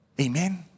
Amen